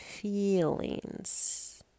feelings